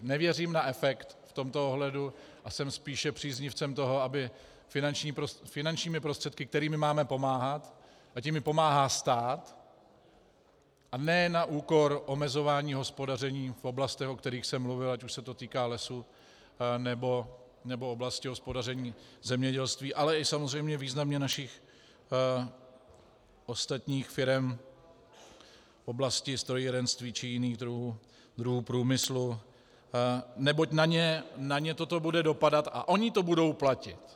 Nevěřím na efekt v tomto ohledu a jsem spíše příznivcem toho, aby finančními prostředky, kterými máme pomáhat, ať jimi pomáhá stát, a ne na úkor omezování hospodaření v oblastech, o kterých jsem mluvil, ať už se to týká lesů, nebo oblasti hospodaření zemědělství, ale i samozřejmě významně našich ostatních firem v oblasti strojírenství či jiných druhů průmyslu, neboť na ně toto bude dopadat a oni to budou platit.